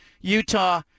Utah